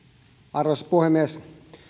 arvoisa puhemies